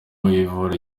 uvura